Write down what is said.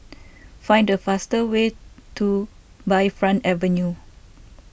find the fastest way to Bayfront Avenue